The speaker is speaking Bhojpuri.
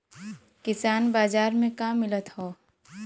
किसान बाजार मे का मिलत हव?